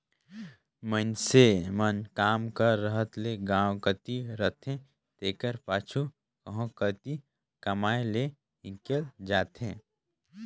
मइनसे मन काम कर रहत ले गाँव कती रहथें तेकर पाछू कहों कती कमाए लें हिंकेल जाथें